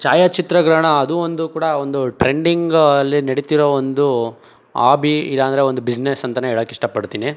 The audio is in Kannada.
ಛಾಯಾಚಿತ್ರಗ್ರಹಣ ಅದು ಒಂದು ಕೂಡ ಒಂದು ಟ್ರೆಂಡಿಂಗ ಅಲ್ಲಿ ನಡಿತಿರೋ ಒಂದು ಆಬಿ ಇಲ್ಲಾಂದರೆ ಒಂದು ಬಿಸ್ನೆಸ್ ಅಂತನೇ ಹೇಳಕ್ ಇಷ್ಟಪಡ್ತೀನಿ